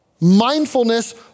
Mindfulness